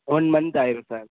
one month ஆயிடும் sir